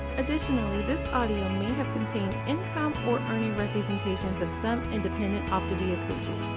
additionally, this audio may have contained income or earning representations of some independent optavia coaches.